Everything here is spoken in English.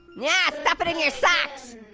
yeah, stuff it in your socks.